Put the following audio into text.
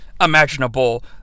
imaginable